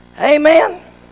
Amen